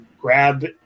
grab